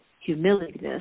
humility